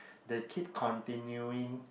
they keep continuing